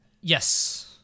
Yes